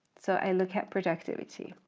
so i look at productivity,